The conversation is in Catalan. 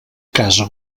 casa